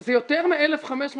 זה יותר מ-1,500 שנים,